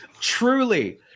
Truly